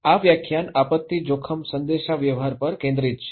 આ વ્યાખ્યાન આપત્તિ જોખમ સંદેશાવ્યવહાર પર કેન્દ્રિત છે